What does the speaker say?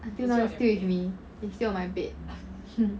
until now it still with me it still on my bed